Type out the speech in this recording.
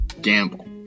Gamble